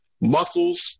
muscles